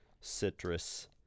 citrus